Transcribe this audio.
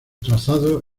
trazado